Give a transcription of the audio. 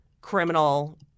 criminal